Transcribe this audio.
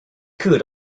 could